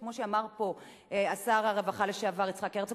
כמו שאמר פה שר הרווחה לשעבר יצחק הרצוג,